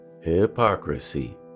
hypocrisy